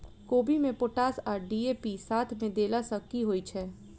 कोबी मे पोटाश आ डी.ए.पी साथ मे देला सऽ की होइ छै?